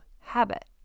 habit